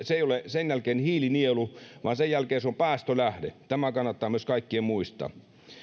se ei ole sen jälkeen hiilinielu vaan sen jälkeen se on päästölähde tämä kannattaa kaikkien myös muistaa